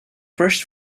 first